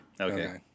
Okay